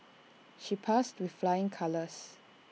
she passed with flying colours